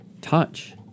touch